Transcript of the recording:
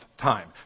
time